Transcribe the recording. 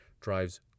drives